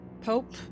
Pope